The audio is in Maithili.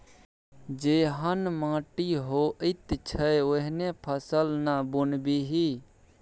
जेहन माटि होइत छै ओहने फसल ना बुनबिही